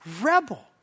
rebel